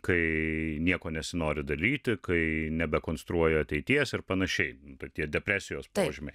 kai nieko nesinori daryti kai nebekonstruoja ateities ir pan tai tie depresijos požymiai